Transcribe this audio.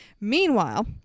Meanwhile